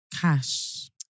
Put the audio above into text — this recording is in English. cash